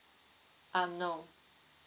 um no